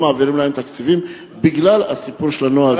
מעבירים להם תקציבים בגלל הסיפור של הנוהל התקין.